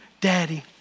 daddy